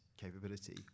capability